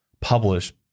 publish